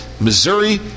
Missouri